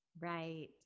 Right